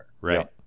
Right